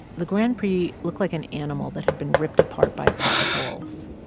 the grand prix, looked like an animal that had been ripped apart by a pack of wolves,